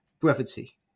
brevity